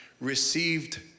received